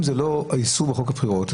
אם אין איסור בחוק הבחירות,